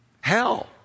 Hell